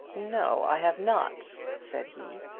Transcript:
no, i have not, said he.